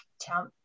tell